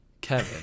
Kevin